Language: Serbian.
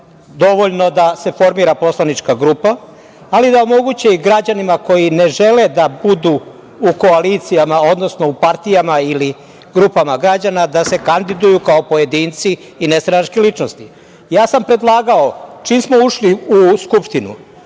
dovoljno da se formira poslanička grupa, ali da omoguće i građanima koji ne žele da budu u koalicijima, odnosno u partijama ili grupama građana da se kandiduju kao pojedinci i nestranačke ličnosti. Predlagao sam čim smo ušli u Skupštinu